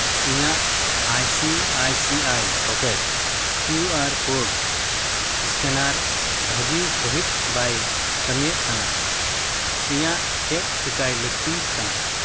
ᱤᱧᱟᱹᱜ I C I C I pockets Q R code scanner ᱵᱷᱟᱹᱜᱤ ᱥᱟᱹᱦᱤᱡ ᱵᱟᱭ ᱠᱟᱹᱢᱤᱭᱮᱫ ᱠᱟᱱᱟ ᱤᱧᱟᱹᱜ ᱪᱮᱫ ᱪᱤᱠᱟᱹᱭ ᱞᱟᱹᱜᱛᱤᱜ ᱠᱟᱱᱟ